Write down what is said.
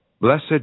Blessed